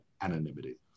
anonymity